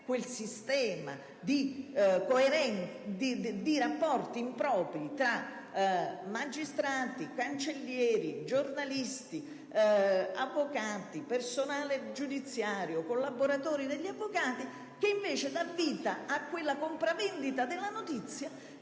quel sistema di rapporti impropri tra magistrati, cancellieri, giornalisti, avvocati, personale giudiziario, collaboratori degli avvocati che dà vita a quella deprecabile compravendita della notizia